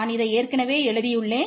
நான் இதை ஏற்கனவே எழுதியுள்ளேன்